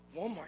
Walmart